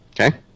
Okay